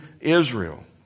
Israel